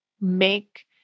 make